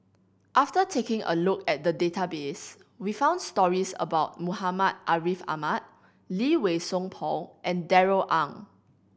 after taking a look at the database we found stories about Muhammad Ariff Ahmad Lee Wei Song Paul and Darrell Ang